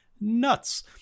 nuts